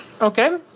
Okay